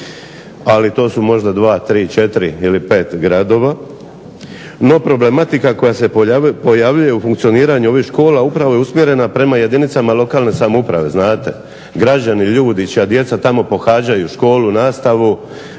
ali to su možda dva, tri, četiri ili pet gradova. No, problematika koja se pojavljuje u funkcioniranju ovih škola upravo je usmjerena prema jedinicama lokalne samouprave. građani, ljudi čija djeca tamo pohađaju školu, nastavu